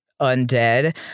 undead